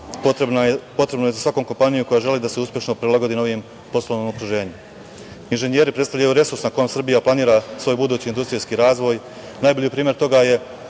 potrebno je svakoj kompaniji koja želi da se uspešno prilagodi novijem poslovnom okruženju.Inženjeri predstavljaju resurs na kome Srbija planira svoje budući industrijski razvoj. Najbolji primer toga je